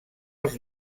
els